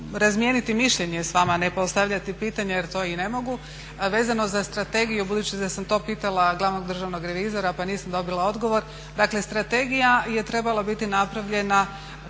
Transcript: razmijeniti mišljenje s vama a ne postavljati pitanje jer to i ne mogu, vezano za strategiju, budući da sam to pitala glavnog državnog revizora pa nisam dobila odgovor, dakle strategija je trebala biti napravljena